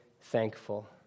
thankful